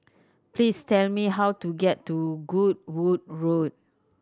please tell me how to get to Goodwood Road